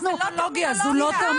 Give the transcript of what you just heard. הטרמינולוגיה.